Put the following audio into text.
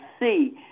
see